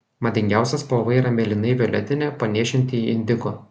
madingiausia spalva yra mėlynai violetinė panėšinti į indigo